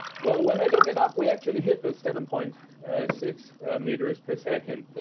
well, when i look it up, we actually hit the seven point six meters per second,